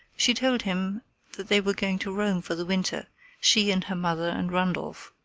she told him that they were going to rome for the winter she and her mother and randolph.